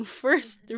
first